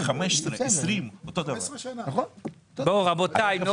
בואו רבותי.